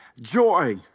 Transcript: Joy